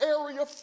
area